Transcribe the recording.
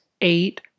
eight